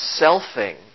selfing